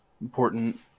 important